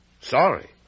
Sorry